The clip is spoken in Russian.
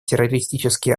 террористические